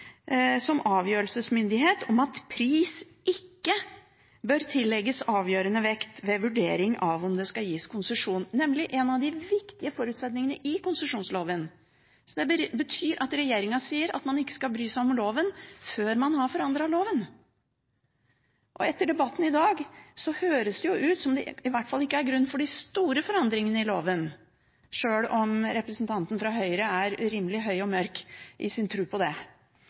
pris ikke bør tillegges avgjørende vekt ved vurdering av om det skal gis konsesjon – nemlig en av de viktige forutsetningene i konsesjonsloven. Det betyr at regjeringen sier at man ikke skal bry seg om loven, før man har forandret loven. Etter debatten i dag, høres det ut som det i hvert fall ikke er grunn for de store forandringene i loven, sjøl om representanten fra Høyre er rimelig høy og mørk i sin tro på det